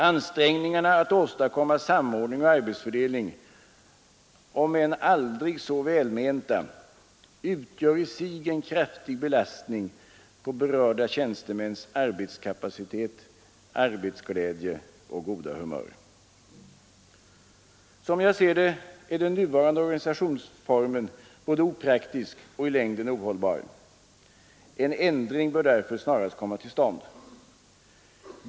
Ansträngningarna att åstadkomma samordning och arbetsfördelning, om än aldrig så välmenta, utgör i sig en kraftig belastning på berörda tjänstemäns arbetskapacitet, arbetsglädje och goda humör. Som jag ser det är den nuvarande organisationsformen både opraktisk och i längden ohållbar. En ändring bör därför snarast komma till stånd.